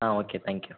ah okay thank you